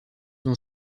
then